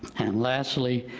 and lastly,